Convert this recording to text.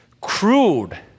crude